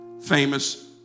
famous